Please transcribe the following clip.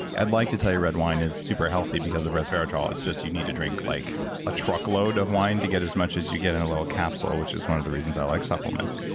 yeah i'd like to tell you red wine is super healthy because of resveratrol, it's just you need to drink like a truckload of wine to get as much as you get in a little capsule. which is one of the reasons i like supplements.